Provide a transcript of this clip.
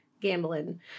gambling